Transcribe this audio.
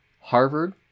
Harvard